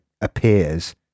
appears